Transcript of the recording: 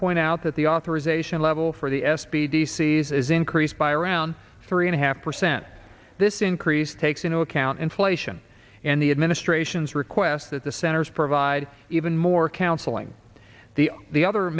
point out that the authorization level for the s p d sees is increased by around three and a half percent this increase takes into account inflation in the administration's request that the centers provide even more counseling the the other